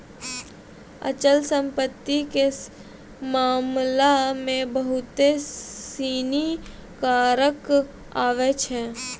अचल संपत्ति के मामला मे बहुते सिनी कारक आबै छै